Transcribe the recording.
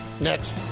Next